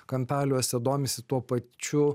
kampeliuose domisi tuo pačiu